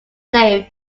safe